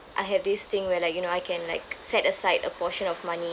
I have this thing where like you know I can like set aside a portion of money